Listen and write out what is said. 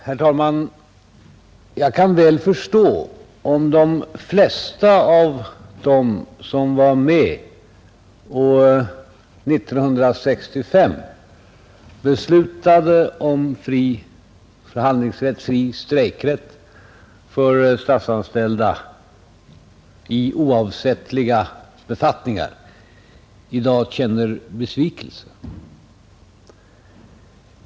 Herr talman! Jag kan väl förstå om de flesta av dem som 1965 var med om att besluta om fri förhandlingsrätt och fri strejkrätt för statsanställda i oavsättliga befattningar i dag känner besvikelse.